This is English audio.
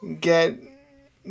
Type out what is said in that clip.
get